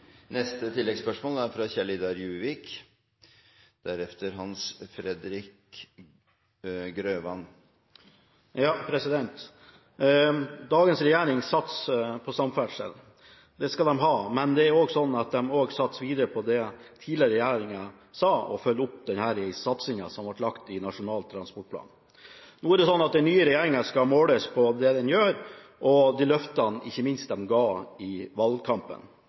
Juvik – til oppfølgingsspørsmål. Dagens regjering satser på samferdsel. Det skal den ha, men den satser også videre på det den tidligere regjeringen sa, og følger opp den satsingen som ble lagt i Nasjonal transportplan. Den nye regjeringen skal måles på det den gjør, og ikke minst på de løftene den ga i valgkampen.